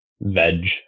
veg